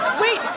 Wait